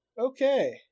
Okay